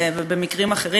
ובמקרים אחרים,